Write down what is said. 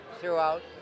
throughout